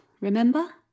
remember